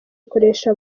ikoresha